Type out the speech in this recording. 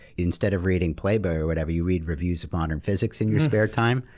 instead of reading playboy or whatever you read reviews of modern physics in your spare time,